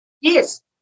Yes